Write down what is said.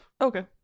Okay